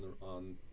on